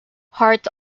hart